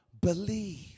believe